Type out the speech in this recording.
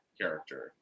character